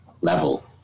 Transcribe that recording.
level